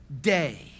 day